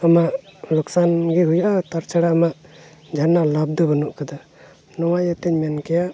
ᱟᱢᱟᱜ ᱞᱳᱠᱥᱟᱱ ᱜᱮ ᱦᱩᱭᱩᱜᱼᱟ ᱛᱟᱪᱷᱟᱲᱟ ᱟᱢᱟᱜ ᱡᱟᱦᱟᱱᱟᱜ ᱞᱟᱵᱽ ᱫᱚ ᱵᱟᱹᱱᱩᱜ ᱠᱟᱫᱟ ᱱᱚᱣᱟ ᱤᱭᱟᱹᱛᱮᱢ ᱢᱮᱱ ᱠᱮᱭᱟ